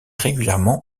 régulièrement